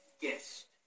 guest